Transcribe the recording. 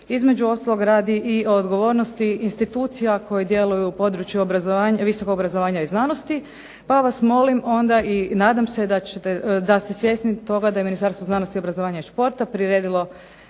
između ostalog radi i o odgovornosti institucija koji djeluju u području visokog obrazovanja i znanosti pa vas molim onda i nadam se da ste svjesni toga da je Ministarstvo znanosti, obrazovanja i športa priredilo